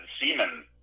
semen